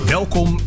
Welkom